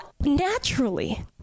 naturally